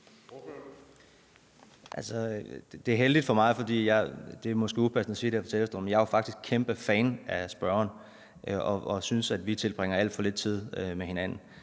her fra talerstolen, men jeg er jo faktisk kæmpe fan af spørgeren og synes, at vi tilbringer alt for lidt tid med hinanden,